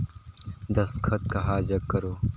दस्खत कहा जग करो?